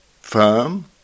firm